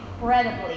incredibly